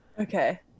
okay